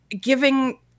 giving